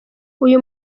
uyu